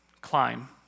climb